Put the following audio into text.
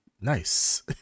nice